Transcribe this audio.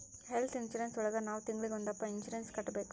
health insurance ಒಳಗ ನಾವ್ ತಿಂಗ್ಳಿಗೊಂದಪ್ಪ ಇನ್ಸೂರೆನ್ಸ್ ಕಟ್ಟ್ಬೇಕು